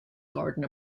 garden